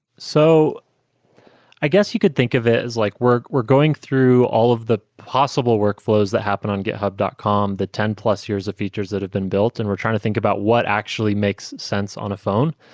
so i guess you could think of it as like we're we're going through all of the possible workflows that happen on github dot com, the ten plus years of features that have been built, and we're trying to think about what actually makes sense on a phone.